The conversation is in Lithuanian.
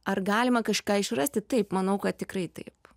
ar galima kažką išrasti taip manau kad tikrai taip